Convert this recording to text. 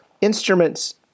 instruments